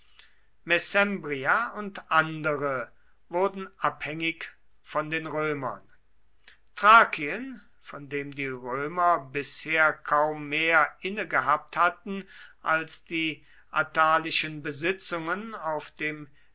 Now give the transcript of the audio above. und andere wurden abhängig von den römern thrakien von dem die römer bisher kaum mehr inne gehabt hatten als die attalischen besitzungen auf dem